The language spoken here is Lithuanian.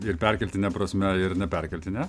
ir perkeltine prasme ir neperkeltine